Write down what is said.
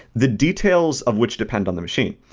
the details of which depend on the machine.